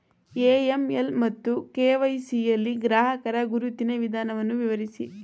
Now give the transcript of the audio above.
AML ಮತ್ತು KYC ಯಲ್ಲಿ ಗ್ರಾಹಕರ ಗುರುತಿನ ವಿಧಾನವನ್ನು ವಿವರಿಸಿ?